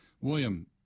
William